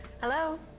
Hello